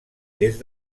des